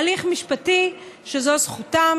הליך משפטי שהוא זכותם